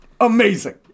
amazing